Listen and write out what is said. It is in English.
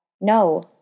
No